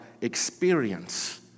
experience